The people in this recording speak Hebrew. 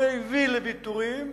הוא הביא לוויתורים,